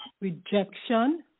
rejection